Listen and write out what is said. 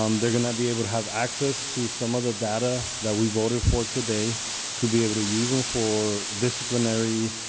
um they going to be able to have access to some of the data that we voted for today to be able to use them for disciplinary